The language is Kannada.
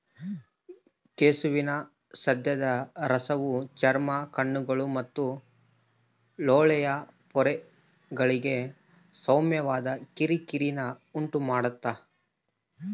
ಕೆಸುವಿನ ಸಸ್ಯದ ರಸವು ಚರ್ಮ ಕಣ್ಣುಗಳು ಮತ್ತು ಲೋಳೆಯ ಪೊರೆಗಳಿಗೆ ಸೌಮ್ಯವಾದ ಕಿರಿಕಿರಿನ ಉಂಟುಮಾಡ್ತದ